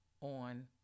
on